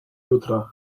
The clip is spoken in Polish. jutra